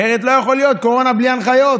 אחרת לא יכול להיות, קורונה, בלי הנחיות.